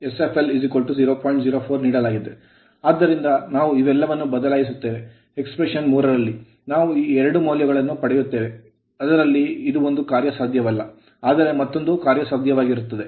ಆದ್ದರಿಂದ ನಾವು ಇವೆಲ್ಲವನ್ನು ಬದಲಾಯಿಸುತ್ತೇವೆ expression ಅಭಿವ್ಯಕ್ತಿ 3 ರಲ್ಲಿ ನಾವು ಎರಡು ಮೌಲ್ಯಗಳನ್ನು ಪಡೆಯುತ್ತೇವೆ ಅದರಲ್ಲಿ ಒಂದು ಕಾರ್ಯಸಾಧ್ಯವಲ್ಲ ಆದರೆ ಮತ್ತೊಂದು ಕಾರ್ಯಸಾಧ್ಯವಾಗಿರುತ್ತದೆ